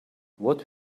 what